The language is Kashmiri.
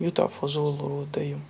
یوٗتاہ فضوٗل روٗد دٔیِم